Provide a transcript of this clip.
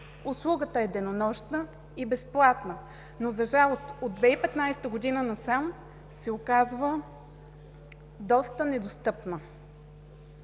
Услугата е денонощна и безплатна, но за жалост от 2015 г. насам се оказва доста недостъпна.